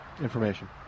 information